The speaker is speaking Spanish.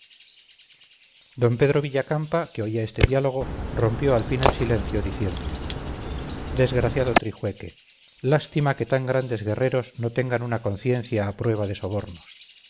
d pedro villacampa que oía este diálogo rompió al fin el silencio diciendo desgraciado trijueque lástima que tan grandes guerreros no tengan una conciencia a prueba de sobornos